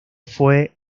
fue